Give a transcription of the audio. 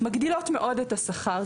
מגדילות מאוד את השכר.